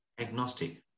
agnostic